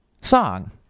song